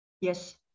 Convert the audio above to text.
Yes